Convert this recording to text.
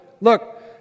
look